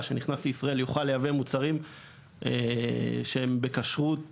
שנכנס לישראל יוכל לייבא מוצרים שהם בכשרות